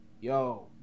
yo